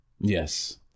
Yes